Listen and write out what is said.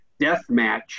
Deathmatch